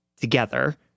together